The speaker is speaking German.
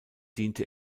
diente